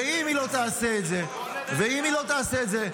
ואם היא לא תעשה את זה ------ ואם היא לא תעשה את זה,